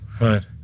right